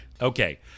okay